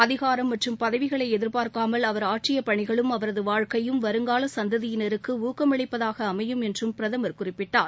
அதிகாரம் மற்றும் பதவிகளை எதிர்பார்க்காமல் அவர் ஆற்றிய பணிகளும் அவரது வாழ்க்கையும் வருங்கால சந்ததியினருக்கு ஊக்கமளிப்பதாக அமையும் என்றும் பிரதமர் குறிப்பிட்டார்